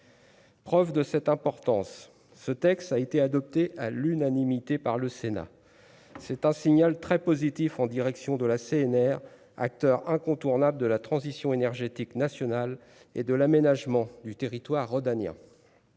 Preuve de cette importance, ce texte a été adopté à l'unanimité par le Sénat, c'est un signal très positif en direction de la CNR, acteur incontournable de la transition énergétique nationale et de l'aménagement du territoire rhodanien